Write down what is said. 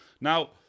Now